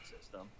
system